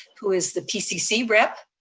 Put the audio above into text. who is the pcc rep,